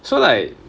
so like